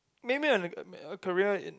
maybe on a a career in